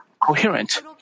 coherent